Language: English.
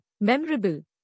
memorable